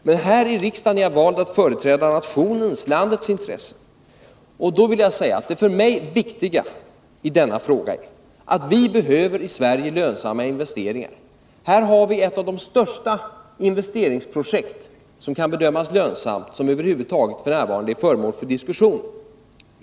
Men jag är vald att här i riksdagen företräda landets intressen. Och det för mig viktiga i denna fråga är att vi i Sverige behöver lönsamma investeringar. Här har vi en investering som kan bedömas som lönsam och som är ett av de största investeringsprojekt som f.n. över huvud taget är föremål för diskussion.